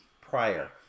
prior